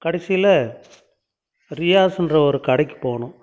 கடைசியில ரியாஸுன்ற ஒரு கடைக்கு போனோம்